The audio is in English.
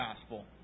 gospel